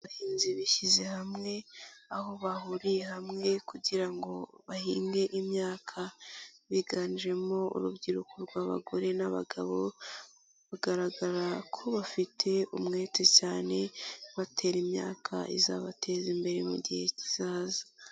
Abahinzi bishyize hamwe aho bahuriye hamwe kugira ngo bahinge imyaka, biganjemo urubyiruko rw'abagore n'abagabo, bagaragara ko bafite umwete cyane batera imyaka izabateza imbere gihe kizaza.